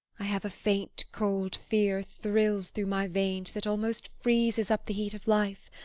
i have a faint cold fear thrills through my veins that almost freezes up the heat of life